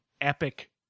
epic